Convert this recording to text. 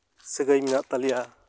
ᱥᱟᱹᱜᱟᱹᱭ ᱢᱮᱱᱟᱜ ᱛᱟᱞᱮᱭᱟ